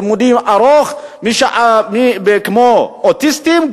יום חינוך ארוך כמו של אוטיסטים,